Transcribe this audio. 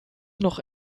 noch